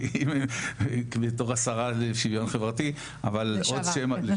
בתור השרה לשוויון חברתי --- לשעבר.